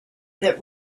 that